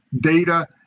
data